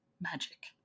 Magic